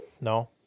no